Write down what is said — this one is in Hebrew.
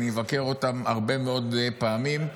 אני אבקר אותם הרבה מאוד פעמים,